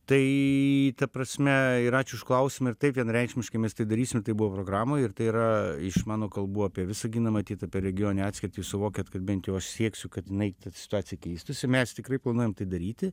tai ta prasme ir ačiū už klausimą ir taip vienareikšmiškai mes tai darysim tai buvo programoj ir tai yra iš mano kalbų apie visaginą matyt apie regioninę atskirtį suvokiat kad bent jau aš sieksiu kad jinai ta situacija keistųsi mes tikrai planuojam tai daryti